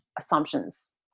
assumptions